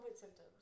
symptoms